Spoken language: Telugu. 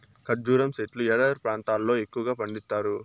ఖర్జూరం సెట్లు ఎడారి ప్రాంతాల్లో ఎక్కువగా పండిత్తారు